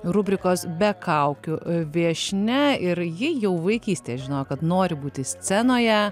rubrikos be kaukių viešnia ir ji jau vaikystėje žinojo kad nori būti scenoje